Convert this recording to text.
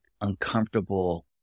uncomfortable